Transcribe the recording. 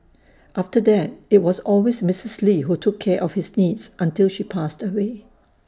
after that IT was always Missus lee who took care of his needs until she passed away